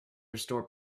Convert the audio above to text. restore